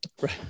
Right